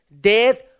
death